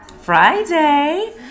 Friday